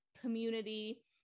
community